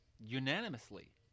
unanimously